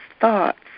thoughts